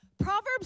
Proverbs